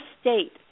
state